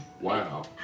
Wow